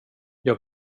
jag